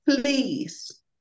please